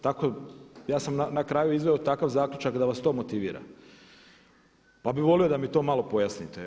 Tako ja sam na kraju izveo takav zaključak da vas to motivira, pa bih volio da mi to malo pojasnite.